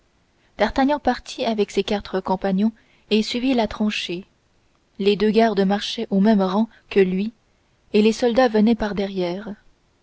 d'artagnan partit avec ses quatre compagnons et suivit la tranchée les deux gardes marchaient au même rang que lui et les soldats venaient par-derrière